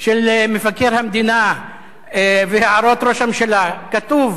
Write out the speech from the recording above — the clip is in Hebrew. של מבקר המדינה והערות ראש הממשלה כתוב